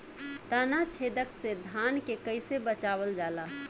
ताना छेदक से धान के कइसे बचावल जाला?